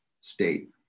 state